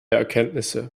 erkenntnisse